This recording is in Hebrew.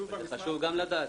זה חשוב גם לדעת.